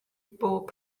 pob